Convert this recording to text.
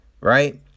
right